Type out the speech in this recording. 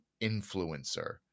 influencer